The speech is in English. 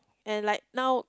and like now